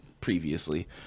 previously